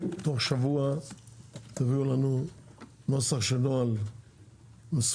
תוך שבוע תביאו לנו נוסח של נוהל מסוכם